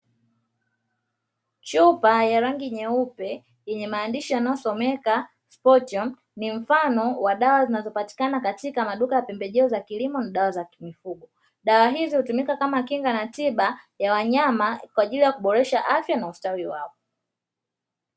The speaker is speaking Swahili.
Chupa ya rangi nyeupe yenye maandishi yanayosomeka 'spotion' ni mfano wa dawa zinazopatikana katika maduka ya pembejeo za kilimo ni dawa za kimifugo, dawa hizi hutumika kama kinga na tiba ya wanyama kwaajili ya kuboresha afya na ustawi wao.